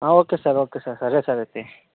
okay sir okay sir సరే sir అయితే